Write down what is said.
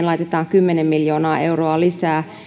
laitetaan kymmenen miljoonaa euroa lisää